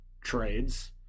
trades